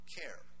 care